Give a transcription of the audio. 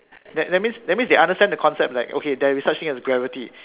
that that means that means they understand the concept like okay there is such thing as gravity